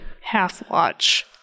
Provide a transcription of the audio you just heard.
half-watch